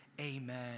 Amen